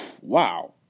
wow